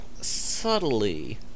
subtly